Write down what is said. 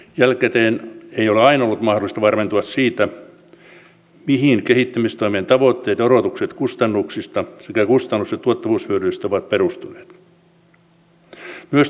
jälkikäteen ei ole aina ollut mahdollista varmentua siitä mihin kehittämistoimen tavoitteet ja odotukset kustannuksista sekä kustannus ja tuottavuushyödyistä ovat perustuneet